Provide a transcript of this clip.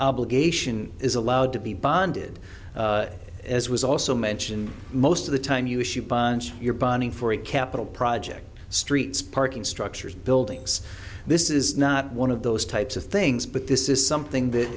obligation is allowed to be bonded as was also mentioned most of the time you should buy your bonding for a capital project streets parking structures buildings this is not one of those types of things but this is something that